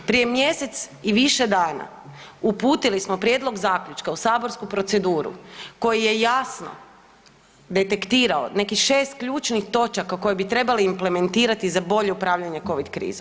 Prije mjesec i više dana uputili smo prijedlog zaključka u saborsku proceduru koji je jasno detektirao nekih 6 ključnih točaka koje bi trebali implementirati za bolje upravljanje Covid krizom.